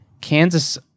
Kansas